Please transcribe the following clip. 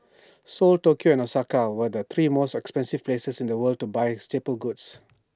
Seoul Tokyo and Osaka were the three most expensive places in the world to buy staple goods